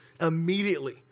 Immediately